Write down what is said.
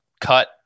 cut